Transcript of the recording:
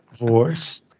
voice